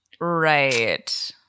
Right